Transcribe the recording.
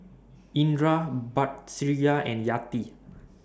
Indra Batrisya and Yati